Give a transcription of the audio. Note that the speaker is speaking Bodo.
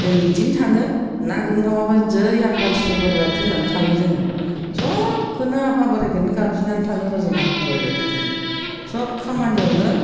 जों बिदिनो थाङो ना गुरनो थांबाबो जै आफा इसोर बोराय बाथौ होन्नानै थाङो जोङो सबखोनो आफा बोरायखौनो गाबज्रिनानै थाङो आरो जों आफा बोराय बाथौखोनो सब खामानियावनो